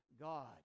God